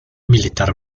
militar